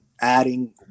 adding